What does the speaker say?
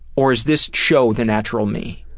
or is this show the natural me?